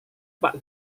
pak